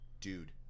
dude